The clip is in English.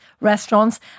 restaurants